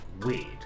weird